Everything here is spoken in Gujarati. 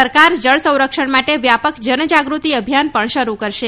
સરકાર જળસંરક્ષણ માટે વ્યાપક જનજાગૃતિ અભિયાન પણ શરૂ કરશે